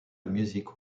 music